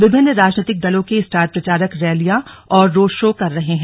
विभिन्न राजनीतिक दलों के स्टार प्रचारक रैलियां और रोडशो कर रहे हैं